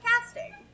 casting